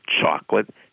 chocolate